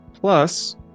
plus